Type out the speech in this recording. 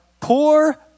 poor